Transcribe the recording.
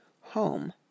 home